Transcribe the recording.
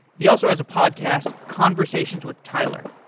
he also has a podcast, conversations with tyler,